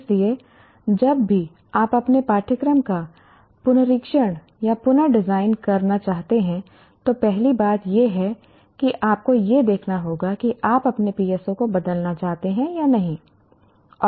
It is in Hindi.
इसलिए जब भी आप अपने पाठ्यक्रम का पुनरीक्षण या पुन डिज़ाइन करना चाहते हैं तो पहली बात यह है कि आपको यह देखना होगा कि आप अपने PSO को बदलना चाहते हैं या नहीं